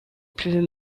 plus